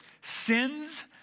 sins